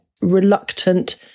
reluctant